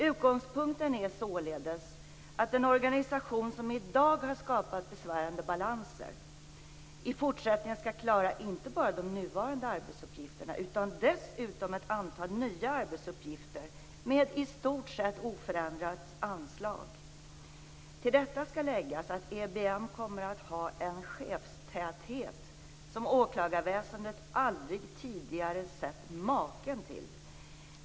Utgångspunkten är således att den organisation som i dag har skapat besvärande balanser i fortsättningen skall klara inte bara de nuvarande utan dessutom ett antal nya arbetsuppgifter med i stort sett oförändrat anslag. Till detta skall läggas att EBM kommer att ha en chefstäthet som åklagarväsendet aldrig tidigare sett maken till.